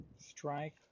Strike